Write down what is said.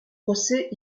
procès